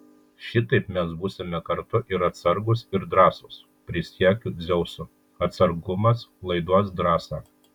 šitaip mes būsime kartu ir atsargūs ir drąsūs prisiekiu dzeusu atsargumas laiduos drąsą